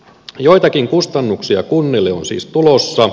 joitakin kustannuksia kunnille on siis tulossa